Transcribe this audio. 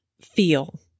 feel